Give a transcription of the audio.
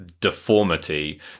deformity